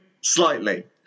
Slightly